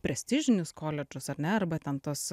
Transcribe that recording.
prestižinius koledžus ar ne arba ten tuos